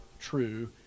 true